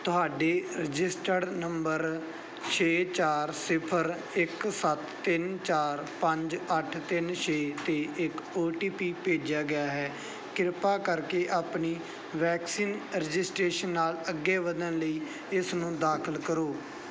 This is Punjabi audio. ਤੁਹਾਡੇ ਰਜਿਸਟਰਡ ਨੰਬਰ ਛੇ ਚਾਰ ਸਿਫਰ ਇੱਕ ਸੱਤ ਤਿੰਨ ਚਾਰ ਪੰਜ ਅੱਠ ਤਿੰਨ ਛੇ 'ਤੇ ਇੱਕ ਓ ਟੀ ਪੀ ਭੇਜਿਆ ਗਿਆ ਹੈ ਕਿਰਪਾ ਕਰਕੇ ਆਪਣੀ ਵੈਕਸੀਨ ਰਜਿਸਟ੍ਰੇਸ਼ਨ ਨਾਲ ਅੱਗੇ ਵਧਣ ਲਈ ਇਸਨੂੰ ਦਾਖਲ ਕਰੋ